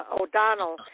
O'Donnell